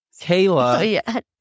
Kayla